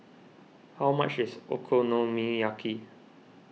how much is Okonomiyaki